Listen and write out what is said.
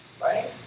right